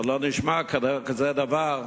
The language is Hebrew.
עוד לא נשמע כזה דבר,